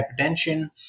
hypertension